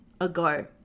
ago